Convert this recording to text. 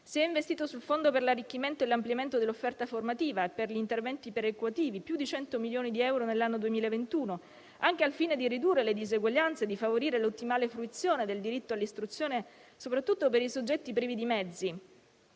Si è investito sul Fondo per l'arricchimento e l'ampliamento dell'offerta formativa e per gli interventi perequativi (più di 100 milioni di euro nell'anno 2021), anche al fine di ridurre le diseguaglianze e di favorire l'ottimale fruizione del diritto all'istruzione soprattutto per i soggetti privi di mezzi.